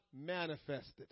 manifested